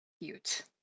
Cute